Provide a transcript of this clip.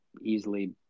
easily